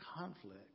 conflict